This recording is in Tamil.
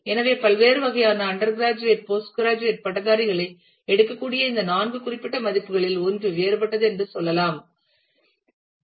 எனவே பல்வேறு வகையான அண்டர்கிராஜுவேட் போஸ்ட்கிராஜுவேட் பட்டதாரிகளை எடுக்கக்கூடிய இந்த நான்கு குறிப்பிட்ட மதிப்புகளில் ஒன்று வேறுபட்டது என்று சொல்லலாம்